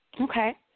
Okay